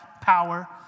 power